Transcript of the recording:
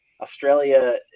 Australia